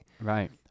Right